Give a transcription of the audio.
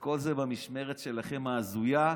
כל זה במשמרת שלכם, ההזויה.